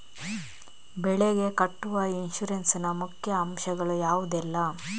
ಬೆಳೆಗೆ ಕಟ್ಟುವ ಇನ್ಸೂರೆನ್ಸ್ ನ ಮುಖ್ಯ ಅಂಶ ಗಳು ಯಾವುದೆಲ್ಲ?